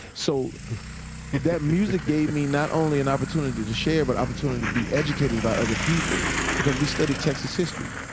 so that music gave me not only an opportunity to share but an opportunity to be educated by other people. because we studied texas history